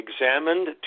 examined